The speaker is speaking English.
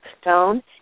stone